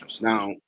Now